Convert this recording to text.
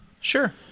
Sure